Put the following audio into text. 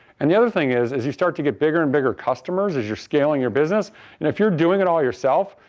and the other thing is, as you start to get bigger and bigger customers, as you're scaling your business and if you're doing it all yourself,